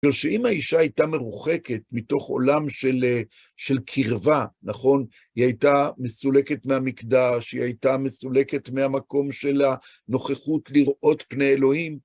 שאם האישה הייתה מרוחקת מתוך עולם של של קרבה, נכון? היא הייתה מסולקת מהמקדש, היא הייתה מסולקת מהמקום של הנוכחות לראות פני אלוהים.